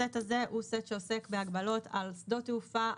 הסט הזה הוא סט שעוסק בהגבלות על שדות תעופה,